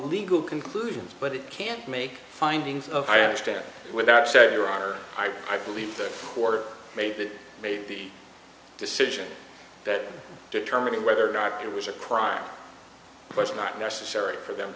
legal conclusions but it can't make findings of i understand without saying your honor i believe the court made that made the decision that determining whether or not it was a crime was not necessary for them